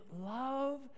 love